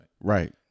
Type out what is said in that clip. right